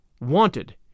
Wanted